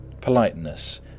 Politeness